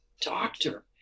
doctor